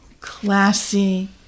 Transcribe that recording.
classy